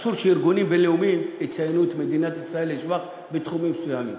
אסור שארגונים בין-לאומים יציינו את מדינת ישראל לשבח בתחומים מסוימים,